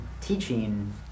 teaching